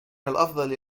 الأفضل